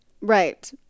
Right